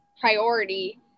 priority